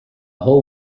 whole